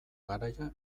garaia